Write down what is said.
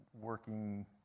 working